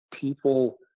people